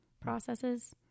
processes